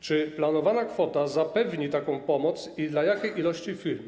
Czy planowana kwota zapewni taką pomoc i dla jakiej liczby firm?